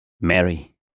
Mary